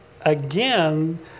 again